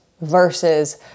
versus